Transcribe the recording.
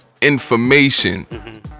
information